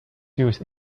used